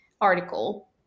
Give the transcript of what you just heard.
article